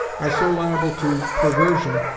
are so liable to perversion,